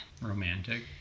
Romantic